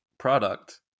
Product